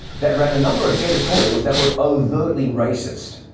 that ran a number of editorials that were overtly racist.